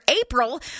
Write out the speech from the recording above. April